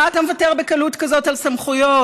מה אתה מוותר בקלות כזאת על סמכויות?